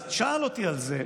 אז שאל אותי על זה,